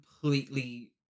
completely